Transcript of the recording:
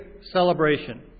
Celebration